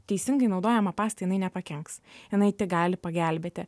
teisingai naudojama pasta jinai nepakenks jinai tik gali pagelbėti